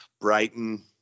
Brighton